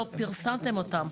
לא פרסמתם אותן,